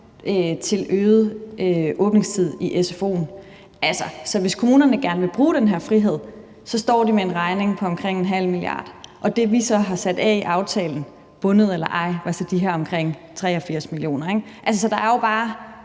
til øget åbningstid i sfo'en. Så hvis kommunerne gerne vil bruge den her frihed, står de med en regning på omkring en halv milliard, og det, vi så har sat af i aftalen – bundet eller ej – var så de her omkring 83 mio. kr. Så der er jo bare